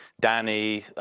danny,